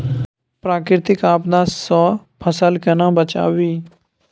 प्राकृतिक आपदा सं फसल केना बचावी?